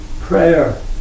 prayer